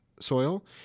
soil